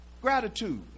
Gratitude